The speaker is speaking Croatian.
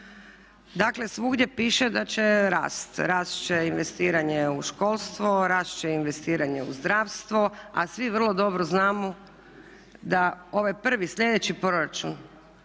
dakle svugdje piše da će rasti. Rasti će investiranje u školstvo, rasti će investiranje u zdravstvo a svi vrlo dobro znamo da ovaj prvi, sljedeći proračun